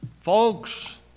folks